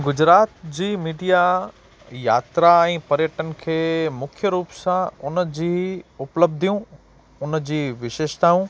गुजरात जी मीडिया यात्रा ऐं पर्यटन खे मुख्य रूप सां उनजी उपलब्धियूं उनजी विशेषताऊं